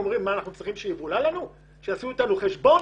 הם עונים שאינם רוצים שיבולע להם ושיעשו איתם חשבון.